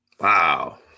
Wow